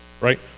right